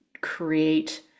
create